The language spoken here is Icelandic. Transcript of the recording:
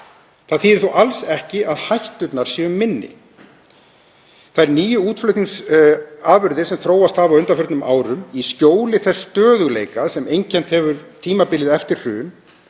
Það þýðir þó alls ekki að hætturnar séu minni. Þær nýju útflutningsafurðir sem þróast hafa á undanförnum árum í skjóli þess stöðugleika sem einkennt hefur tímabilið eftir hrun